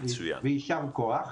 יישר כוח.